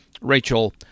Rachel